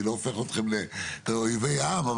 אני לא הופך אתכם לאויבי העם,